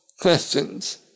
questions